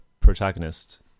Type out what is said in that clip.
protagonist